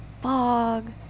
fog